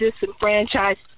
disenfranchised